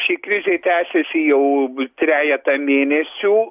ši krizė tęsiasi jau trejetą mėnesių